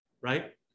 right